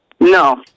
No